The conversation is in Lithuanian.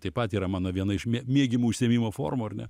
taip pat yra mano viena iš mėgiamų užsiėmimo formų ar ne